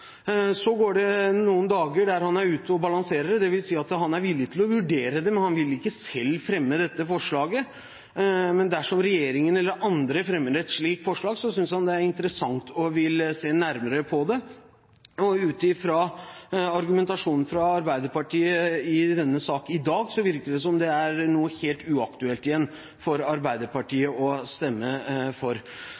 Så går det noen dager der han er ute og balanserer, dvs. han er villig til å vurdere det – han vil ikke selv fremme dette forslaget, men dersom regjeringen eller andre fremmer et slikt forslag, synes han det er interessant og vil se nærmere på det. Og ut fra argumentasjonen til Arbeiderpartiet i denne sak i dag virker det nå som om det igjen er helt uaktuelt for Arbeiderpartiet å stemme for.